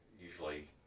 usually